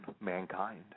mankind